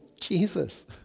Jesus